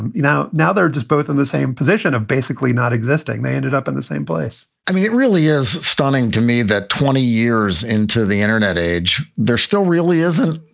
and you know, now they're just both in the same position of basically not existing. they ended up in the same place i mean, it really is stunning to me that twenty years into the internet age, there still really isn't.